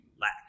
lack